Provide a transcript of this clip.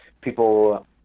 People